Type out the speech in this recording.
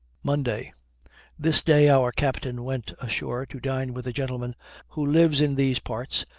monday this day our captain went ashore, to dine with a gentleman who lives in these parts,